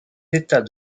états